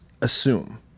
assume